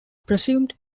presumed